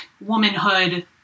womanhood